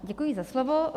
Děkuji za slovo.